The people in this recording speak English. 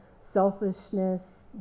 selfishness